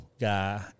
guy